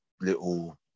little